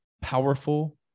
powerful